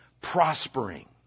prospering